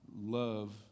love